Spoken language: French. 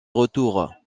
retour